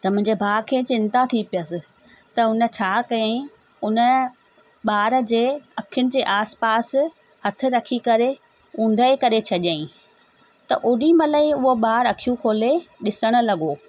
त मुंहिंजे भाउ खे चिंता थी पियसि त हुन छा कयाईं उन ॿार जे अखियुनि जे आस पास हथु रखी करे उंदहि करे छॾियाईं त ओॾी महिल ई उहो ॿारु अखियूं खोले ॾिसणु लॻो